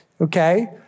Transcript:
Okay